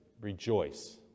rejoice